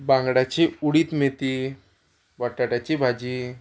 बांगड्याची उडीद मेथी बटाट्यांची भाजी